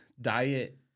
diet